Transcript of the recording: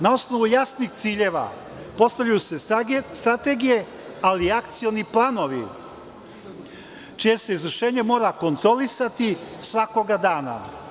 Na osnovu jasnih ciljeva postavljaju se strategije, ali i akcioni planovi čije se izvršenja moraju kontrolisati svakog dana.